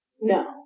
no